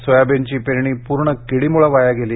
सोयाबीनची पेरणी पूर्ण किडीमुळे वाया गेली